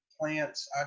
plants